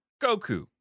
Goku